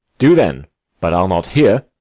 do, then but i'll not hear.